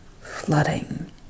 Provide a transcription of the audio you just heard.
flooding